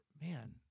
man